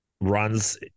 runs